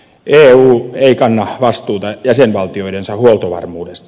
eu ei kanna vastuuta jäsenvaltioidensa huoltovarmuudesta